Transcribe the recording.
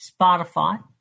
Spotify